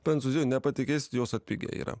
prancūzijoj nepatikėsit jos atpigę yra